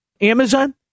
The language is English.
Amazon